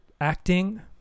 acting